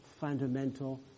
fundamental